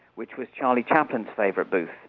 which was charlie chaplin's favorite booth.